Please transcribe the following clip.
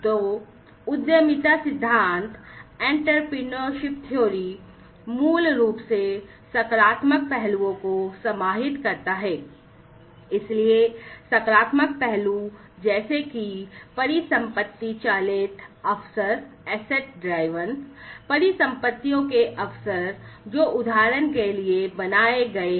तो उद्यमिता सिद्धांत अवसर परिसंपत्तियों के अवसर जो उदाहरण के लिए बनाए गए हैं